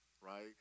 right